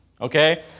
Okay